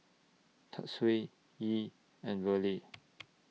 Tatsuo Yee and Verle